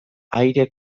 aire